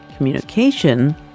communication